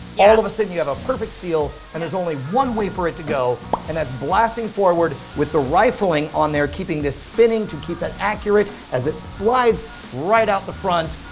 all of a sudden you have a perfect seal and there's only one way for it to go and that's blasting forward with the rifling on there keeping this spinning, to keep it accurate as it slides right out the front.